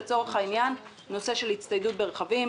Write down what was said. לצורך העניין: נושא של הצטיידות ברכבים.